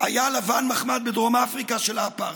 היה לבן מחמד בדרום אפריקה של האפרטהייד.